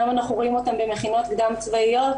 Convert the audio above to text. היום אנחנו רואים אותם במכינות קדם צבאיות.